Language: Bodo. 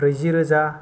ब्रैजि रोजा